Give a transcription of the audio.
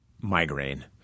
migraine